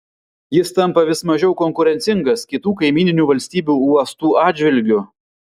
jis tampa vis mažiau konkurencingas kitų kaimyninių valstybių uostų atžvilgiu